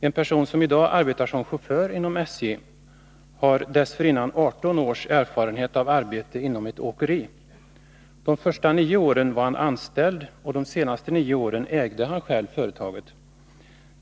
En person som i dag arbetar som chaufför inom SJ har dessförinnan 18 års erfarenhet av arbete inom ett åkeri. De första nio åren var han anställd och de senaste nio åren ägde han själv företaget.